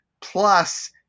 plus